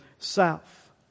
south